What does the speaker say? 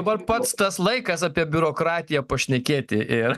dabar pats tas laikas apie biurokratiją pašnekėti ir